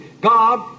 God